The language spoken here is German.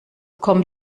kommen